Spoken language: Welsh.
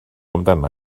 amdana